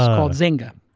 called zynga.